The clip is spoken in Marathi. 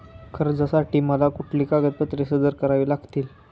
कर्जासाठी मला कुठली कागदपत्रे सादर करावी लागतील?